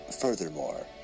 Furthermore